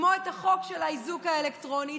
כמו החוק של האיזוק האלקטרוני,